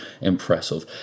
impressive